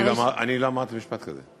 אני לא אמרתי משפט כזה.